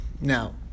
Now